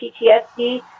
PTSD